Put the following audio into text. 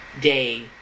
day